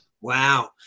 Wow